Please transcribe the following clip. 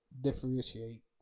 differentiate